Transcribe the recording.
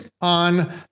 on